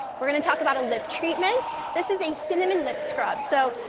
we're gonna talk about a lip treatment. this is a cinnamon lip scrub. so,